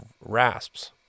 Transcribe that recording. rasps